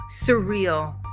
Surreal